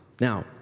Now